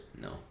No